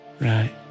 Right